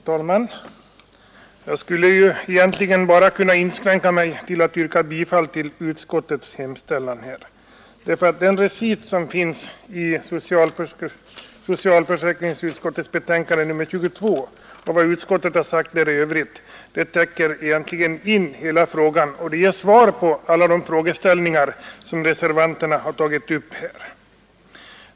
Herr talman! Jag skulle egentligen kunna inskränka mig till att yrka bifall till utskottets hemställan, enär den recit som finns i socialförsäkringsutskottets betänkande nr 22 och vad utskottet anfört i övrigt täcker in hela frågan och ger svar på alla de frågeställningar som reservanterna tagit upp.